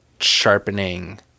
sharpening